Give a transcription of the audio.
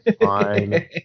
Fine